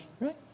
right